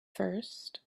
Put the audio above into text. first